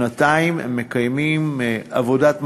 שנתיים מקיימים עבודת מטה,